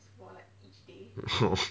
oh